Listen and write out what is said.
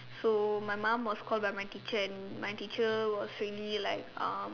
so my mom was called by my teacher and my teacher was really like um